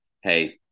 hey